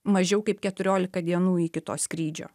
mažiau kaip keturiolika dienų iki to skrydžio